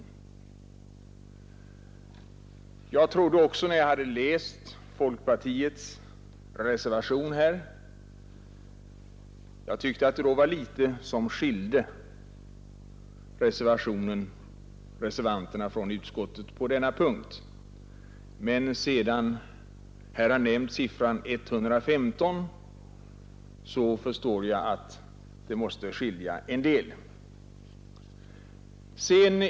När jag hade läst folkpartiets reservation, tyckte jag att det var endast litet som skilde reservanterna från utskottet på denna punkt. Men sedan här har nämnts siffran 115, förstår jag att skillnaden är större än jag först trodde.